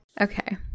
Okay